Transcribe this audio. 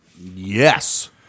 Yes